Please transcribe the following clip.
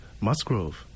Musgrove